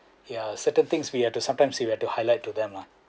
ya certain things we had to sometime we have to highlight to them lah